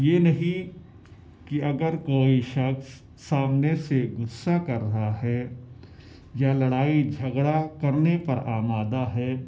یہ نہیں کہ اگر کوئی شخص سامنے سے غصہ کر رہا ہے یا لڑائی جھگڑا کرنے پر آمادہ ہے